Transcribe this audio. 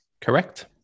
Correct